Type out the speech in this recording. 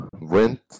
Went